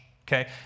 Okay